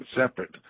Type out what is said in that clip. separate